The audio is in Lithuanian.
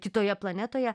kitoje planetoje